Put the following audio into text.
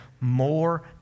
more